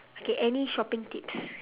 okay any shopping tips